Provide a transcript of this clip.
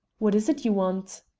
what is it you want?